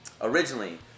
Originally